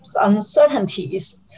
uncertainties